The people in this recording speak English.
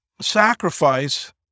sacrifice